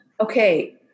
Okay